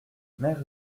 mère